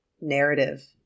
narrative